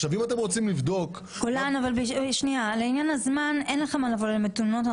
אם אתם רוצים לבדוק --- אבל לעניין הזמן אין לך מה לבוא אליהם בטענות.